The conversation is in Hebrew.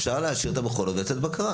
אפשר להשאיר את המכונות ולעשות בקרה.